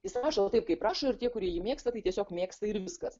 jis rašo taip kaip rašo ir tie kurie jį mėgsta tai tiesiog mėgsta ir viskas